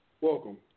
Welcome